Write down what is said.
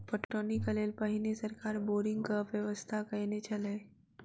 पटौनीक लेल पहिने सरकार बोरिंगक व्यवस्था कयने छलै